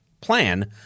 plan